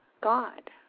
God